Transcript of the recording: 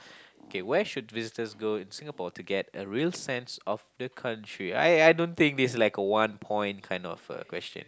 okay where should visitors go in Singapore to get a real sense of the country I I don't think this is like a one point kind of a question